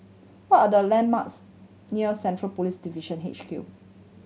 what are the landmarks near Central Police Division H Q